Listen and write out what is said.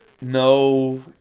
No